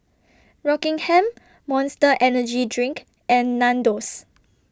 Rockingham Monster Energy Drink and Nandos